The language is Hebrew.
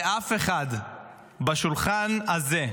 אף אחד בשולחן הזה,